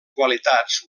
qualitats